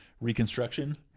reconstruction